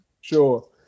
Sure